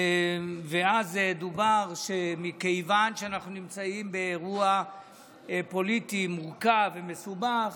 דובר שמכיוון שאנחנו נמצאים באירוע פוליטי מורכב ומסובך,